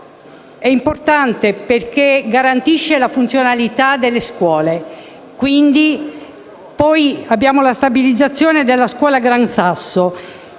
è importante perché garantisce la funzionalità delle scuole. Vi è poi la stabilizzazione dell'Istituto Gran Sasso,